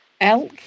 Elk